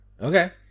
okay